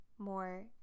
more